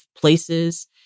places